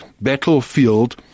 battlefield